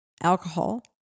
alcohol